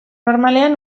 normalean